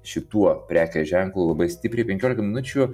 šituo prekės ženklu labai stipriai penkiolika minučių